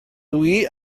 dwi